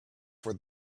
for